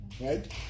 Right